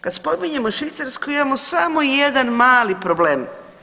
Kad spominjemo Švicarsku imamo samo jedan mali problem.